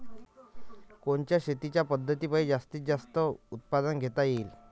कोनच्या शेतीच्या पद्धतीपायी जास्तीत जास्त उत्पादन घेता येईल?